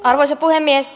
arvoisa puhemies